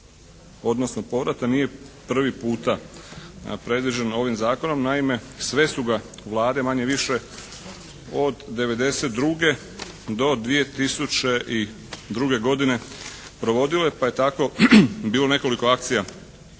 odnosno povrata nije prvi puta predviđeno ovim zakonom. Naime, sve su ga Vlade manje-više od '92. do 2002. godine provodile, pa je tako bilo nekoliko akcija